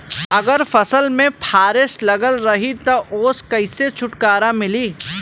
अगर फसल में फारेस्ट लगल रही त ओस कइसे छूटकारा मिली?